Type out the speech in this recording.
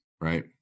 right